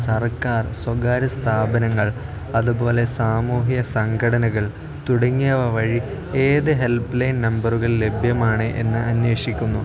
സർക്കാർ സ്വകാര്യ സ്ഥാപനങ്ങൾ അതുപോലെ സാമൂഹിക സംഘടനകൾ തുടങ്ങിയവ വഴി ഏത് ഹെൽപ്ലൈൻ നമ്പറുകൾ ലഭ്യമാണ് എന്ന് അന്വേഷിക്കുന്നു